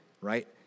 right